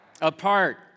apart